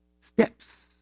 steps